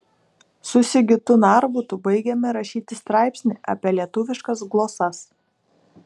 su sigitu narbutu baigėme rašyti straipsnį apie lietuviškas glosas